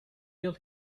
yıl